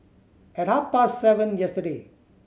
at half past seven yesterday